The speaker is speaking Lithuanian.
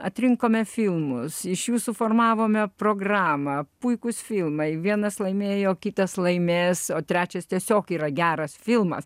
atrinkome filmus iš jų suformavome programą puikūs filmai vienas laimėjo kitas laimės o trečias tiesiog yra geras filmas